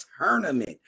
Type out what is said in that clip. tournament